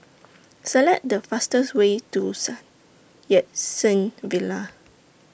Select The fastest Way to Sun Yat Sen Villa